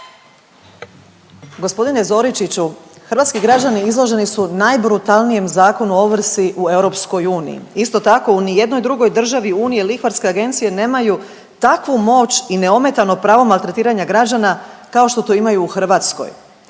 Gospodine Zoričiću hrvatski građani izloženi su najbrutalnijem Zakonu o ovrsi u EU, isto tako u nijednoj drugoj državi Unije lihvarske agencije nemaju takvu moć i neometano pravo maltretiranja građana kao što to imaju u Hrvatskoj.